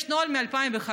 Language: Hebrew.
יש נוהל מ-2005,